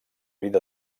vida